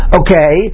okay